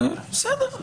בסדר,